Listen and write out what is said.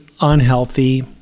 unhealthy